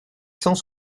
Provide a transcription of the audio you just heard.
cent